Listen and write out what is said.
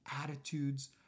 attitudes